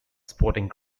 sporting